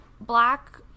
black